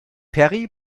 perry